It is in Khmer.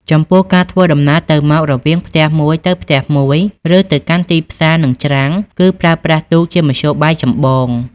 ចំពោះ ការធ្វើដំណើរទៅមករវាងផ្ទះមួយទៅផ្ទះមួយ ឬទៅកាន់ទីផ្សារនិងច្រាំងគឺប្រើប្រាស់ទូកជាមធ្យោបាយចម្បង។